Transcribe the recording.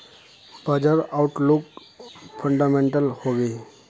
बाजार outlook fundamental हैवै?